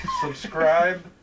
subscribe